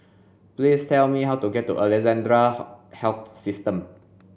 please tell me how to get to Alexandra Health System